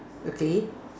okay